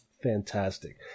fantastic